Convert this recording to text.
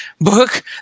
Book